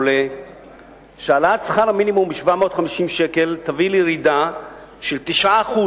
העלאת שכר המינימום ב-750 שקל תביא לירידה של 9%